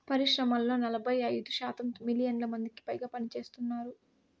పరిశ్రమల్లో నలభై ఐదు శాతం మిలియన్ల మందికిపైగా పనిచేస్తున్నారు